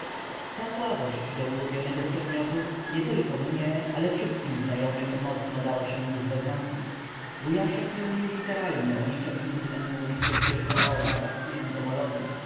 ta słabość do ulubionego przedmiotu nietylko mnie ale wszystkim znajomym mocno dała się już we znaki wujaszek nie umie literalnie o niczem innem mówić jak tylko o owadach i entomologii